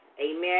Amen